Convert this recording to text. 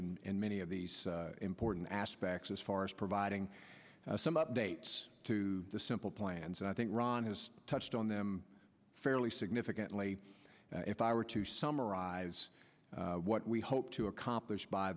in many of these important aspects as far as providing some updates to the simple plans and i think ron has touched on them fairly significantly if i were to summarize what we hope to accomplish by